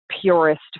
purest